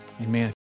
Amen